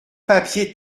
papier